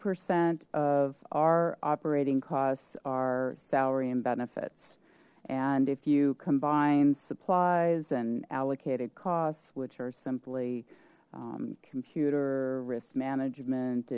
percent of our operating costs are salary and benefits and if you combine supplies and allocated costs which are simply computer risk management